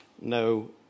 no